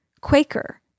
Quaker